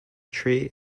tree